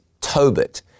Tobit